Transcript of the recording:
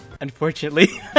unfortunately